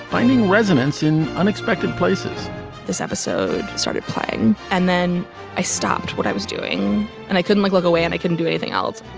finding resonance in unexpected places this episode started playing and then i stopped what i was doing and i couldn't look look away and i couldn't do anything else.